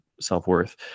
self-worth